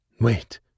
Wait